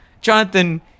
Jonathan